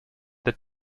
the